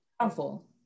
powerful